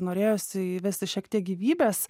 norėjosi įvesti šiek tiek gyvybės